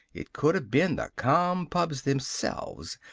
it coulda been the compubs themselves,